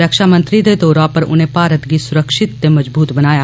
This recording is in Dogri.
रक्षामंत्री दे तौर उप्पर उनें भारत गी सुरक्षित ते मजबूत बनाया